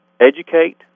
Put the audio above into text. educate